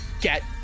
get